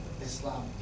Islam